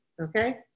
Okay